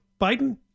Biden